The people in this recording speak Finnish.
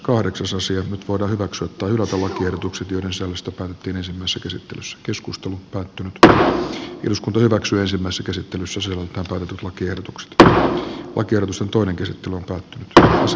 nyt voidaan jaksottaa osuvat tiedotukset yhdessä ostokortin samassa käsittelyssä keskustelutta että eduskunta hyväksyä tai hylätä lakiehdotukset joiden sisällöstä päätettiin ensimmäisessä käsittelyssä